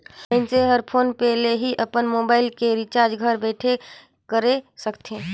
मइनसे हर फोन पे ले ही अपन मुबाइल के रिचार्ज घर बइठे कएर सकथे